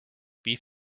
beef